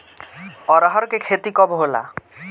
अरहर के खेती कब होला?